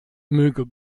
möge